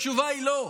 התשובה היא לא.